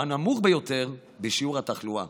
והוא הנמוך ביותר בשיעור התחלואה.